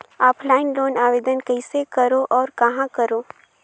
Offline loan आवेदन कइसे करो और कहाँ करो?